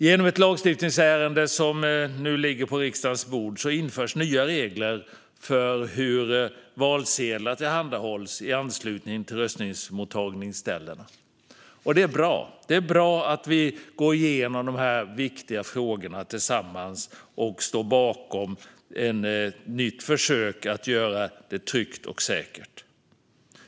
Genom ett lagstiftningsärende som nu ligger på riksdagens bord införs nya regler för hur valsedlar tillhandahålls i anslutning till röstmottagningsställena. Det är bra. Det är bra att vi går igenom de viktiga frågorna tillsammans och står bakom ett nytt försök att göra det tryggt och säkert.